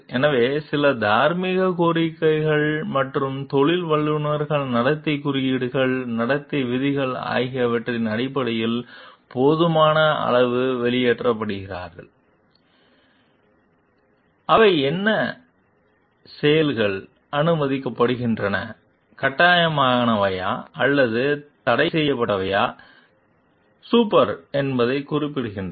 எனவே சில தார்மீக கோரிக்கைகள் மற்றும் தொழில் வல்லுநர்கள் நடத்தை குறியீடுகள் நடத்தை விதிகள் ஆகியவற்றின் அடிப்படையில் போதுமான அளவு வெளியேற்றப்படுகிறார்கள் அவை என்ன செயல்கள் அனுமதிக்கப்படுகின்றன கட்டாயமானவை அல்லது தடைசெய்யப்பட்டவை சூப்பர் என்பதைக் குறிப்பிடுகின்றன